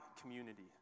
community